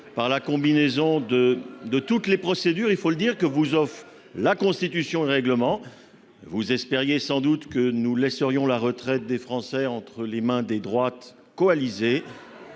par l'addition de toutes les procédures que vous offrent la Constitution et le règlement. Vous espériez sans doute que nous laisserions la retraite des Français entre les mains des droites coalisées.